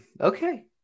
Okay